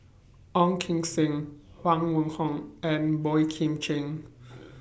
Ong Kim Seng Huang Wenhong and Boey Kim Cheng